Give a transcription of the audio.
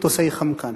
מטוסי "חמקן".